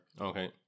Okay